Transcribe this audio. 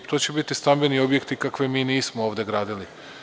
To će biti stambeni objekti koje mi nismo ovde gradili.